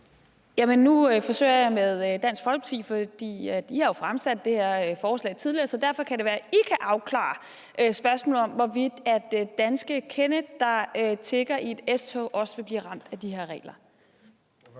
Nu forsøger jeg med Dansk Folkeparti, for I har jo fremsat det her forslag tidligere, så derfor kan det være, I kan afklare spørgsmålet om, hvorvidt danske Kenneth, der tigger i et S-tog, også vil blive ramt af de her regler.